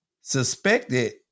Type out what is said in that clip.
suspected